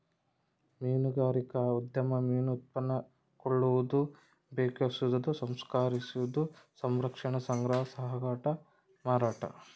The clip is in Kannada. ಮೀನುಗಾರಿಕಾ ಉದ್ಯಮ ಮೀನು ಉತ್ಪನ್ನ ಕೊಳ್ಳೋದು ಬೆಕೆಸೋದು ಸಂಸ್ಕರಿಸೋದು ಸಂರಕ್ಷಣೆ ಸಂಗ್ರಹ ಸಾಗಾಟ ಮಾರಾಟ